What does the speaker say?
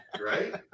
right